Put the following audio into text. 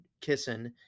kissing